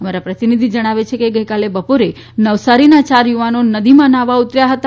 અમારા પ્રતિનિધિ જણાવે છે કે ગઇકાલે બપોરે નવસારીના ચાર યુવાનો નદીમાં ન્હાવા ઉતર્યા હતા